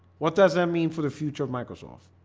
what does that mean for the future of microsoft?